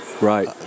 Right